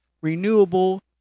renewable